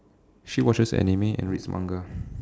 she watches anime and reads Manga